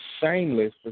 shameless